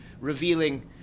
revealing